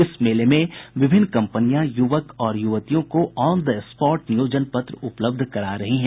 इस मेले में विभिन्न कंपनियां युवक और युवतियों को ऑन द स्पॉट नियोजन पत्र उपलब्ध करा रही हैं